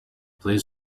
please